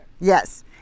yes